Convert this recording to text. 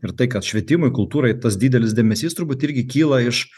ir tai kad švietimui kultūrai tas didelis dėmesys turbūt irgi kyla iš